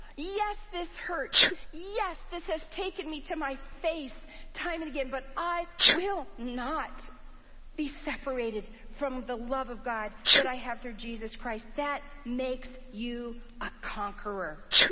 yes, this hurts. yes, this has taken me to my face time and again, but i will not be separated from the love of god that i have through jesus christ. that makes you a conqueror.